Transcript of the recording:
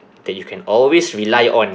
that you can always rely on